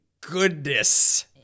goodness